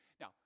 Now